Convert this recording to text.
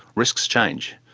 risks change.